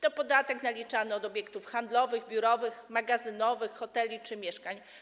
To podatek naliczany od obiektów handlowych, biurowych, magazynowych, hoteli czy mieszkań.